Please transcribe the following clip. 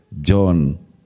John